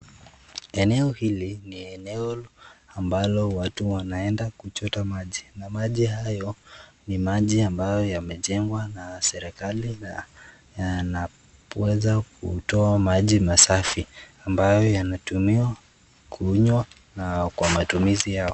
Eneo hili ni eneo ambalo watu wanaenda kuchota maji na maji hayo ni maji ambayo yametengwa na serekali na kuweza kutoa maji masafi ambayo yametumiwa kunywa na kwa matumizi yao.